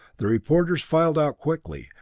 the reporters filed out quickly,